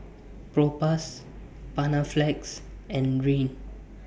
Propass Panaflex and Rene